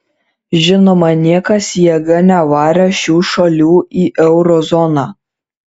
žinoma niekas jėga nevarė šių šalių į euro zoną